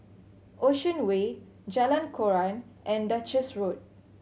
Ocean Way Jalan Koran and Duchess Road